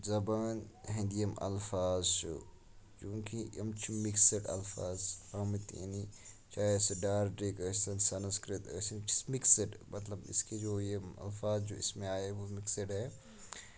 زَبان ہٕندۍ یِم اَلفاظ چھِ کیوں کہِ یِم چھِ مِکسٕڈ اَلفاظ آمٕتۍ یعنی چاہے سُہ ڈارڈک ٲسن سَنسکرت ٲسن یہِ چھُ اسہِ مِکسٕڈ مطلب اس کے جو یہ اَلفاظ جو اس میں آیے وہ مِکسٔڈ ہے